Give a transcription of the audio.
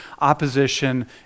opposition